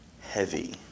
heavy